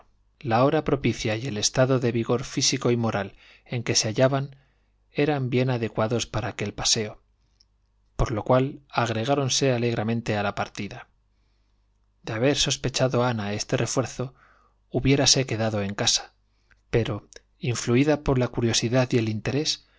la hora propicia y el estado de vigor físico y moral en que je hallaban eran bien adecuados para aquel paseo por lo cual agregáronse alegremente a la partida de haber sospechado ana este refuerzo hubiérase quedado en casa pero influída por la curiosidad y el interés